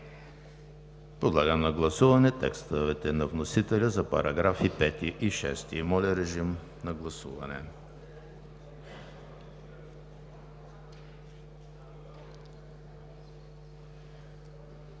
Подлагам на гласуване текстовете на вносителя за параграфи 5 и 6. Гласували